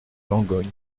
langogne